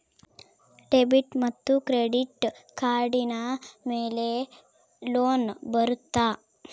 Debit ಮತ್ತು credit ಕಾರ್ಡಿನ ಮೇಲೆ ಲೋನ್ ಬರುತ್ತಾ?